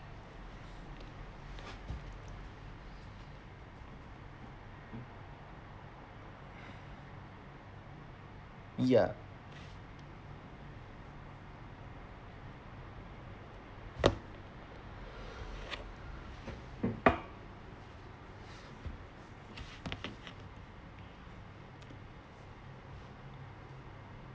ya